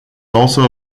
also